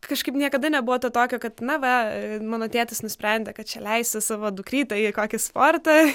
kažkaip niekada nebuvo tokio kad na va mano tėtis nusprendė kad čia leisti savo dukrytę į kokį sportą